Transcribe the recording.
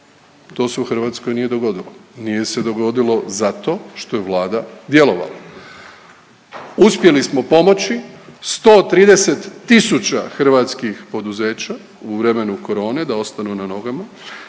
To se u Hrvatskoj nije dogodilo. Nije se dogodilo zato što je Vlada djelovala. Uspjeli smo pomoći 130 tisuća hrvatskih poduzeća u vremenu korone da ostanu na nogama,